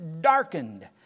darkened